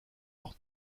leur